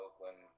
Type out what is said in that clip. Oakland